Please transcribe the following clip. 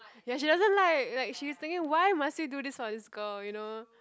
ya she doesn't like like she's thinking why must he do this for his girl you know